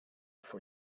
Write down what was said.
for